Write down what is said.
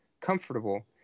comfortable